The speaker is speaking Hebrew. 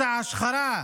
מסע ההשחרה,